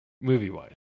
Movie-wise